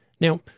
Now